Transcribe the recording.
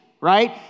right